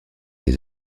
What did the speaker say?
les